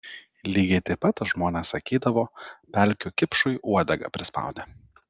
lygiai taip pat žmonės sakydavo pelkių kipšui uodegą prispaudė